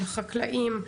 של החקלאים,